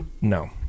No